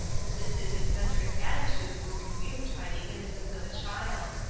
as if his eccentric attitude were rebuked by the innocence of a child.